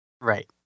Right